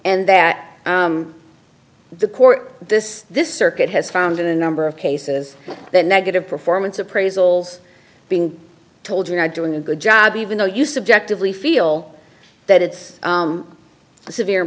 and that the court this this circuit has found in a number of cases the negative performance appraisals being told you're not doing a good job even though you subjectively feel that it's severe